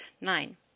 Nine